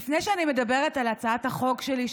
לפני שאני מדברת על הצעת החוק שלי,